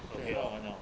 okay orh